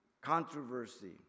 controversy